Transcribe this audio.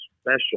special